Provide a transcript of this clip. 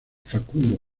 facundo